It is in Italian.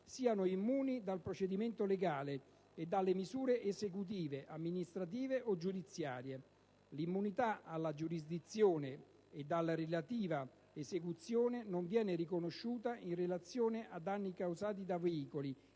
siano immuni dal procedimento legale e dalle misure esecutive, amministrative o giudiziarie; l'immunità dalla giurisdizione e dalla relativa esecuzione non viene riconosciuta in relazione a danni causati da veicoli,